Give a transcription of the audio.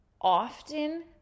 often